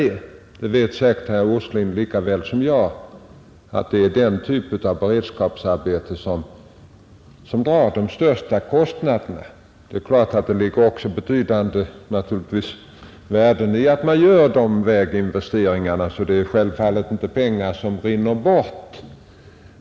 Herr Åsling vet säkerligen lika väl som jag att det är den typen av beredskapsarbete som drar de största kostnaderna. Det ligger naturligtvis betydande värden i att göra sådana väginvesteringar; det är ju inte pengar som rinner bort.